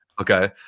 Okay